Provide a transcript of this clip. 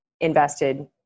invested